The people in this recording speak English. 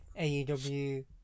AEW